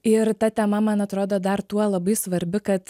ir ta tema man atrodo dar tuo labai svarbi kad